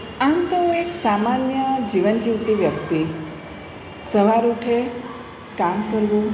આમ તો હું એક સામાન્ય જીવન જીવતી વ્યક્તિ સવાર ઉઠે કામ કરવું